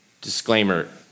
Disclaimer